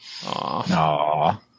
Aww